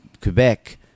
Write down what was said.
Quebec